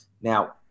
Now